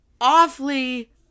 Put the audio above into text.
awfully